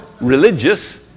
religious